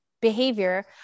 behavior